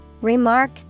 Remark